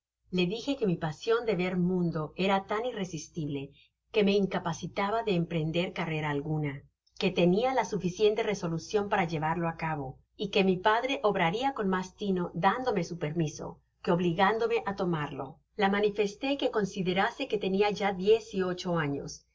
le dije que mi pasion de ver ramudo era tan irresistible que me incapacitaba de emprender carrera alguna que tenia la suficiente resolucion para llevarlo á cabo y que mi padre obraria con mas lino dándome su permiso que obligándome á tomarlo la manifesté que considerase que tenia ya diez y ocho años